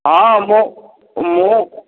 ହଁ ମୁଁ ମୁଁ